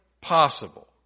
possible